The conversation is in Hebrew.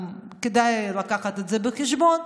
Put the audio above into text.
כדאי לקחת את זה בחשבון.